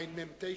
עמ/9,